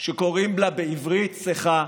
שקוראים לה בעברית צחה: